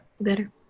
Better